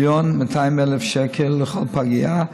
1.2 מיליון שקל לכל פגייה,